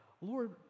Lord